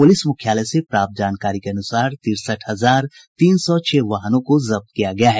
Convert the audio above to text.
police मुख्यालय से प्राप्त जानकारी के अनुसार तिरसठ हजार तीन सौ छह वाहनों को जब्त किया गया है